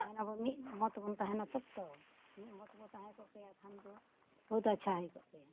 ᱛᱟᱦᱮᱱᱟᱵᱚᱱ ᱢᱤᱫ ᱢᱚᱛ ᱵᱚᱱ ᱛᱟᱦᱮᱱᱟ ᱛᱚᱵᱮ ᱛᱚ ᱢᱤᱫ ᱢᱚᱛ ᱵᱚᱱ ᱛᱟᱦᱮᱸ ᱠᱚᱜ ᱠᱮᱭᱟ ᱠᱷᱟᱱ ᱫᱚ ᱵᱚᱦᱩᱫ ᱟᱪᱪᱷᱟ ᱦᱩᱭ ᱠᱚᱜ ᱠᱮᱭᱟ